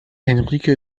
henrike